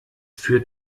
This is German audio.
führt